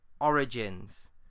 origins